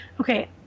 Okay